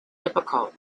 difficult